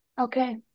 Okay